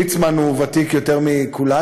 ליצמן הוא ותיק יותר מכולנו.